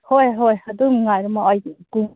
ꯍꯣꯏ ꯍꯣꯏ ꯑꯗꯨꯝ ꯉꯥꯏꯔꯝꯃꯣ ꯑꯩ ꯀꯨꯝ